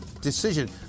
decision